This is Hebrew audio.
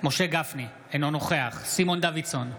משה גפני, אינו נוכח סימון דוידסון,